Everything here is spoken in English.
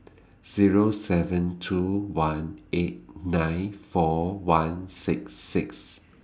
Zero seven two one eight nine four one six six